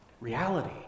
reality